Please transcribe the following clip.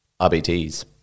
RBTs